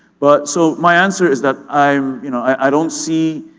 but. so my answer is that i um you know i don't see